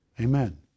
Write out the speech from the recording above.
Amen